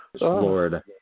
Lord